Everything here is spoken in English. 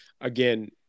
Again